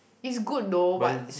is good though but